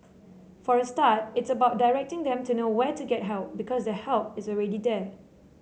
for a start it's about directing them to know where to get help because the help is already there